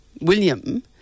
William